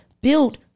built